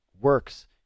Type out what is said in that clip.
works